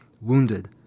wounded